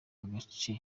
agace